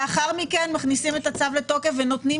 לאחר מכן מכניסים את הצו לתוקף ונותנים